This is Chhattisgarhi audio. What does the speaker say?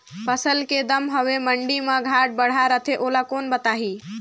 फसल के दम हवे मंडी मा घाट बढ़ा रथे ओला कोन बताही?